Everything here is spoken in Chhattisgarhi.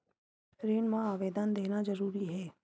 ऋण मा आवेदन देना जरूरी हे?